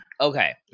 okay